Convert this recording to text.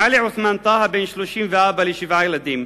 עלי עותמאן טאהא, בן 30 ואבא לשבעה ילדים,